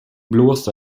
blåsa